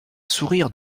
sourire